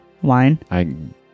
Wine